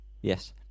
yes